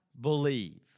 believe